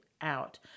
out